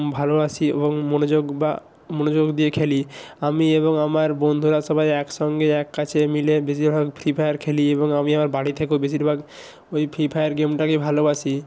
ভালোবাসি এবং মনোযোগ বা মনোযোগ দিয়ে খেলি আমি এবং আমার বন্ধুরা সবাই একসঙ্গে এক কাছে মিলে বেশিরভাগ ফ্রি ফায়ার খেলি এবং আমি আমার বাড়ি থেকেও বেশিরভাগ ওই ফ্রি ফায়ার গেমটাকে ভালোবাসি